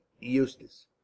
Eustace